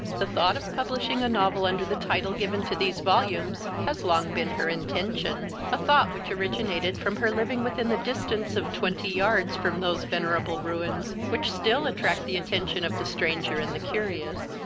the thought of publishing a novel, under the title given to these volumes, has long been her intention a thought which originated from her living within the distance of twenty yards from those venerable ruins, which still attract the attention of the stranger and the curious.